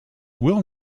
will